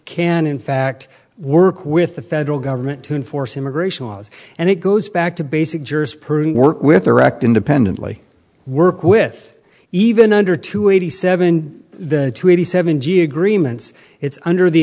can in fact work with the federal government to enforce immigration laws and it goes back to basic jurisprudence work with erect independently work with even under two eighty seven to eighty seven g agreements it's under the